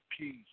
peace